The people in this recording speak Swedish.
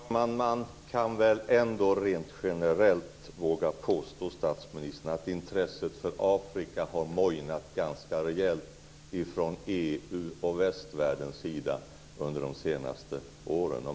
Fru talman! Man kan väl ändå rent generellt våga påstå, statsministern, att intresset för Afrika har mojnat ganska rejält från EU:s och västvärldens sida under de senaste åren.